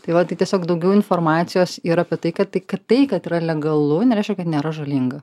tai va tai tiesiog daugiau informacijos ir apie tai kad tai kad tai kad yra legalu nereiškia kad nėra žalinga